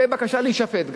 בקשה להישפט,